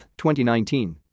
2019